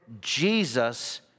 Jesus